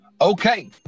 Okay